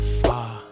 far